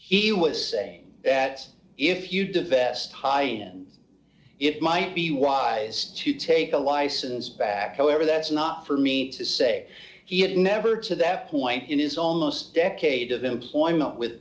he was saying that if you divest hyun it might be wise to take a license back however that's not for me to say he had never to that point in his almost decade of employment with